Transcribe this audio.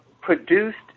produced